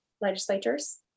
legislatures